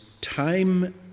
Time